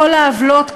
כל העוולות,